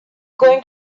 going